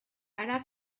arab